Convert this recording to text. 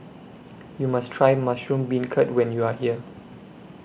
YOU must Try Mushroom Beancurd when YOU Are here